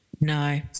no